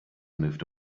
moved